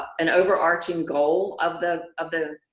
an overarching goal of the of the